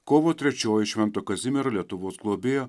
kovo trečioji švento kazimiero lietuvos globėjo